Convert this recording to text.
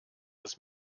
das